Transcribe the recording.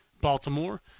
Baltimore